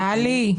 טלי.